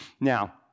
Now